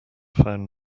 found